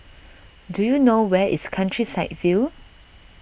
do you know where is Countryside View